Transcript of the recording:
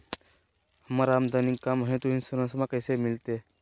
हमर आमदनी कम हय, तो इंसोरेंसबा कैसे मिलते?